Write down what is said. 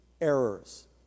errors